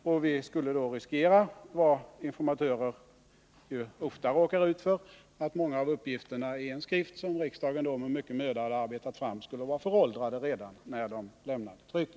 Och vi skulle då riskera — något som informatörer ofta råkar ut för — att många av uppgifterna i en skrift som riksdagen med möda arbetat fram skulle vara föråldrade redan när de lämnade trycket.